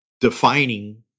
defining